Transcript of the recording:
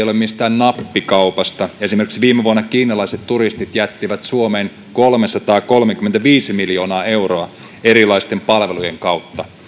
ole mistään nappikaupasta esimerkiksi viime vuonna kiinalaiset turistit jättivät suomeen kolmesataakolmekymmentäviisi miljoonaa euroa erilaisten palvelujen kautta